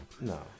No